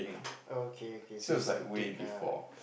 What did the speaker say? oh okay okay so it's a date lah